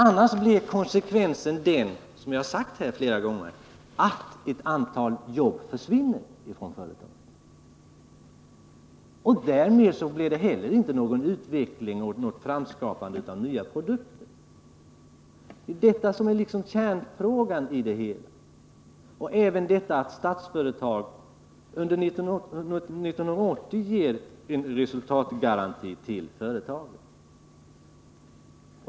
Annars blir följden, som jag har sagt flera gånger, att ett antal jobb försvinner från företaget. Därmed blir det heller inte någon utveckling och något framskapande av nya produkter. Detta är en kärnfråga i sammanhanget. Det är också viktigt att Statsföretag under 1980 ger företaget en resultatgaranti.